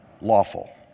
lawful